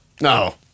no